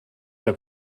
que